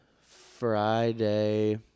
Friday